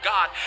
God